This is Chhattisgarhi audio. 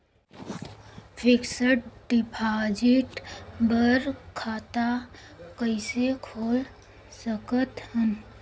फिक्स्ड डिपॉजिट बर खाता कइसे खोल सकत हन?